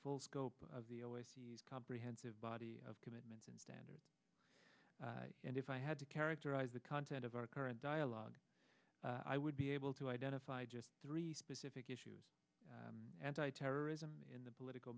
full scope of the always comprehensive body of commitments and standards and if i had to characterize the content of our current dialogue i would be able to identify just three specific issues anti terrorism in the political